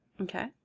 Okay